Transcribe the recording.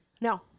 No